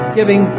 giving